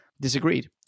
Disagreed